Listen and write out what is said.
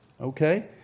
Okay